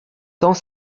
temps